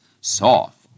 Soft